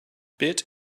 bit